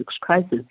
crisis